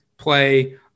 play